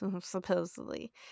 supposedly